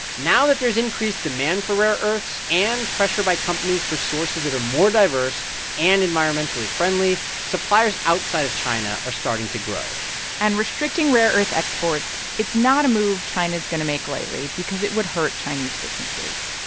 now that there's increased demand for rare earths and pressure by companies for sources that are more diverse and environmentally friendly, suppliers outside of china are starting to grow and restricting rare earth exports it's not a move china is going to make lightly because it would hurt chinese businesses.